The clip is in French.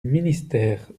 ministère